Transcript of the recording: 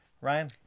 Ryan